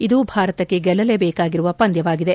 ಇದು ಭಾರತಕ್ಕೆ ಗೆಲ್ಲಲ್ಲೇಬೇಕಾಗಿರುವ ಪಂದ್ವವಾಗಿದೆ